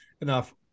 enough